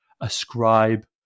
ascribe